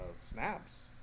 snaps